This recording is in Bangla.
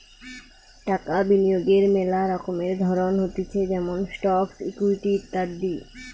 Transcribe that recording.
টাকা বিনিয়োগের মেলা রকমের ধরণ হতিছে যেমন স্টকস, ইকুইটি ইত্যাদি